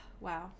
wow